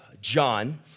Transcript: John